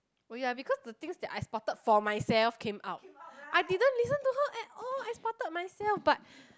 oh ya because the things that I spotted for myself came out I didn't listen to her at all I spotted myself but